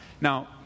Now